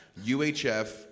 UHF